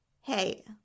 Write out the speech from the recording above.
Hey